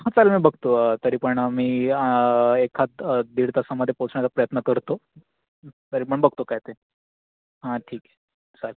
हो चालेल मी बघतो तरी पण मी एकाद दीड तासामध्ये पोचण्याचा प्रयत्न करतो तरी पण बघतो काय ते हा ठीक आहे चालेल